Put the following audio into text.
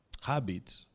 habit